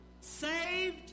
saved